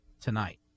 tonight